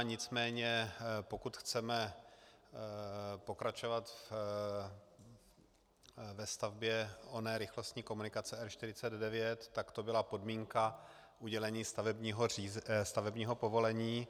Nicméně pokud chceme pokračovat ve stavbě oné rychlostní komunikace R 49, tak to byla podmínka udělení stavebního povolení.